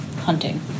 hunting